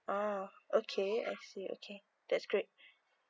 ah okay I see okay that's great